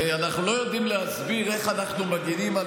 הרי אנחנו לא יודעים להסביר איך אנחנו מגינים על